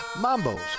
Mambo's